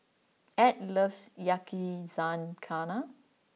Add loves Yakizakana